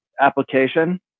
application